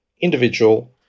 individual